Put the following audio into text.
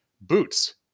boots